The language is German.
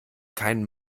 kein